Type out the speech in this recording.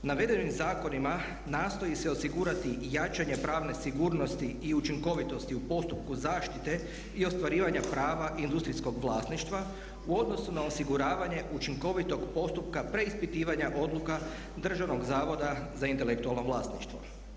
Navedenim zakonima nastoji se osigurati jačanje pravne sigurnosti i učinkovitosti u postupku zaštite i ostvarivanja prava industrijskog vlasništva u odnosu na osiguravanje učinkovitog postupka preispitivanja odluka Državnog zavoda za intelektualno vlasništvo.